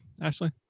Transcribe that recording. Ashley